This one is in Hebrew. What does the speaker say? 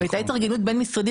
והייתה התארגנות בין משרדית,